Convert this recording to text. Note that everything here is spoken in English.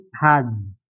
hugs